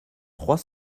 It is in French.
trois